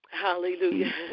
Hallelujah